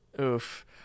Oof